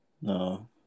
No